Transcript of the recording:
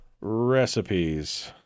recipes